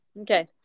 okay